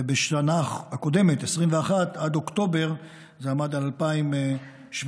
ובשנה הקודמת 2021, עד אוקטובר, זה עמד על 2,796,